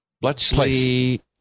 Bletchley